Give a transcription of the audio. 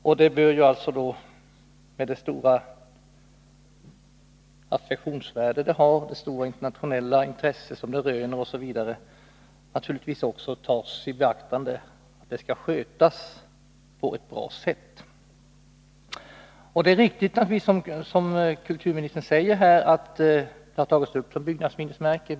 Med det stora attraktionsvärde som anläggningen har och det stora internationella intresse den röner, bör naturligtvis också tas i beaktande att den skall skötas på ett bra sätt. Det är riktigt, som kulturministern säger, att det har tagits upp som byggnadsminnesmärke.